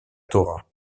torah